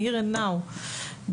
מכאן ועכשיו,